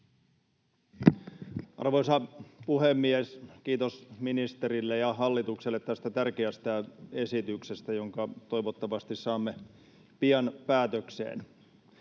Arvoisa puhemies! Kiitos ministerille ja hallitukselle tästä tärkeästä esityksestä, jonka toivottavasti saamme pian päätökseen.